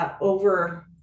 over